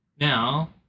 Now